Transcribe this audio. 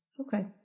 Okay